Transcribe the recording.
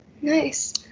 Nice